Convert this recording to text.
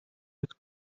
his